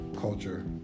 culture